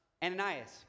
Ananias